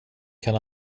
kan